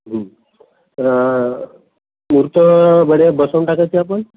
हं मूर्त बरे बसवून टाकायची आपण